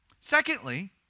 Secondly